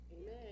Amen